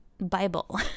Bible